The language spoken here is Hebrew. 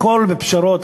הכול בפשרות.